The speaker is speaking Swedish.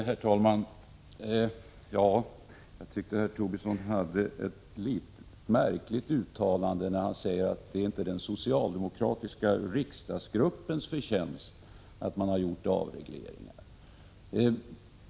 Herr talman! Jag tyckte att herr Tobisson gjorde ett något märkligt | uttalande, när han sade att det inte är den socialdemokratiska riksdagsgruppens förtjänst att det har gjorts avregleringar.